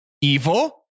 evil